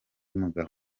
mugabo